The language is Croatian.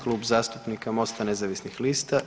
Klub zastupnika MOST-a nezavisnih lista.